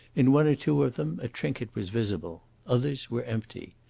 in one or two of them a trinket was visible others were empty.